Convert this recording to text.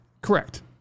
Correct